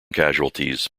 casualties